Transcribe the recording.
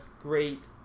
great